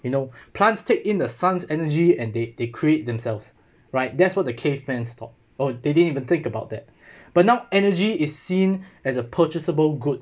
you know plants take in the sun's energy and they they create themselves right that's what the caveman thought or they didn't even think about that but now energy is seen as a purchasable good